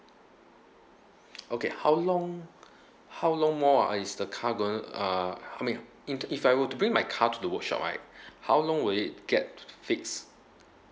okay how long how long more uh is the car going uh I mean in if I were to bring my car to the workshop right how long will it get fix